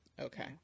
Okay